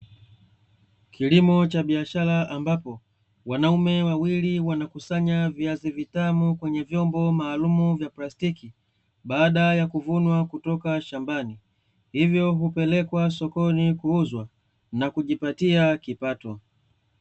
Kilimo cha biashara, ambapo wanaume wawili wanakusanya viazi vitamu kwenye vyombo maalumu vya plastiki, baada ya kuvunwa kutoka shambani. Hivyo hupelekwa sokoni kuuzwa na kujipatia kipato.